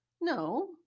No